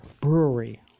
brewery